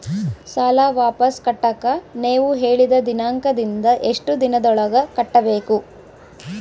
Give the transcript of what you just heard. ಸಾಲ ವಾಪಸ್ ಕಟ್ಟಕ ನೇವು ಹೇಳಿದ ದಿನಾಂಕದಿಂದ ಎಷ್ಟು ದಿನದೊಳಗ ಕಟ್ಟಬೇಕು?